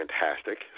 fantastic